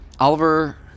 Oliver